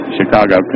Chicago